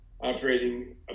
operating